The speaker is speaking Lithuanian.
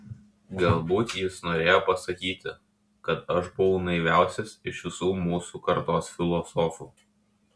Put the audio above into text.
galbūt jis norėjo pasakyti kad aš buvau naiviausias iš visų mūsų kartos filosofų